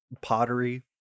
pottery